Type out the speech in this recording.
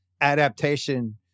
Adaptation